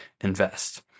invest